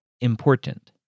important